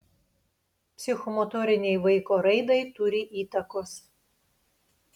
psichomotorinei vaiko raidai turi įtakos